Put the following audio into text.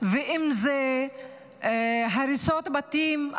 ואם זה הריסות בתים.